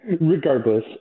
regardless